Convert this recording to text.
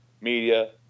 media